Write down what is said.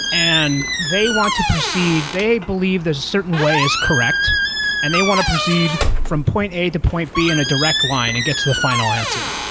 and they want to proceed. they believe that a certain way is correct and they want to proceed from point a to point b in a direct line and get to the final answer.